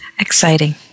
Exciting